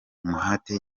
umuhate